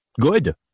good